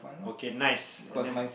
okay nice and then